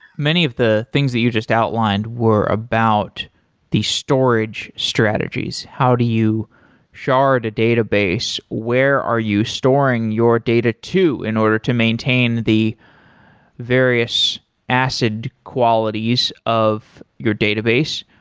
many of the things that you just outlined were about the storage strategies. how do you shard a database? where are you storing your data to in order to maintain the various acid qualities of your database,